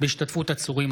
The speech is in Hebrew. בהשתתפות עצורים,